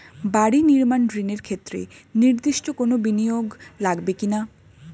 বাড়ি নির্মাণ ঋণের ক্ষেত্রে নির্দিষ্ট কোনো বিনিয়োগ লাগবে কি না?